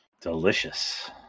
Delicious